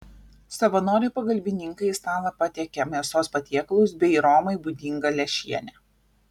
savanoriai pagalbininkai į stalą patiekia mėsos patiekalus bei romai būdingą lęšienę